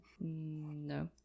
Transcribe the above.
No